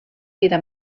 vida